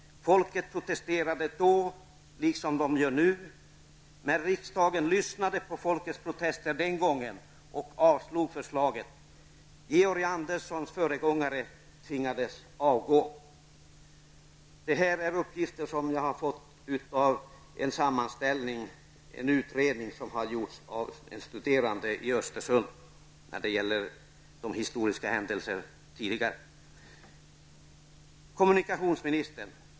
Folket protesterade då liksom nu. Men riksdagen lyssnade på folkets protester den gången och avslog förslaget. Georg Anderssons föregångare tvingades avgå. Det här är uppgifter som jag har fått från en utredning angående de historiska händelserna som har gjorts av en studerande i Östersund. Kommunikationsministern!